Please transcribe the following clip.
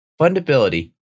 fundability